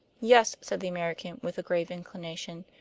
yes, said the american, with a grave inclination,